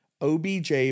OBJ